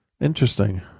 Interesting